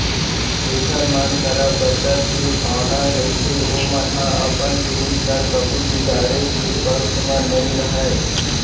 जेखर मन करा बचत के भावना रहिथे ओमन ह अपन जिनिस ल कभू बिगाड़े के पक्छ म नइ रहय